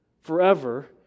forever